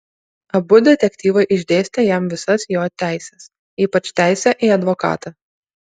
abu detektyvai išdėstė jam visas jo teises ypač teisę į advokatą